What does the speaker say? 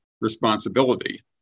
responsibility